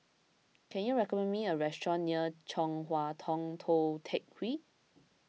can you recommend me a restaurant near Chong Hua Tong Tou Teck Hwee